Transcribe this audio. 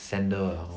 sandals ah orh